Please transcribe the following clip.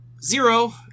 Zero